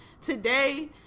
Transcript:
today